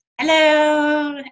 Hello